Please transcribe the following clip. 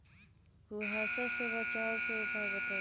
कुहासा से बचाव के उपाय बताऊ?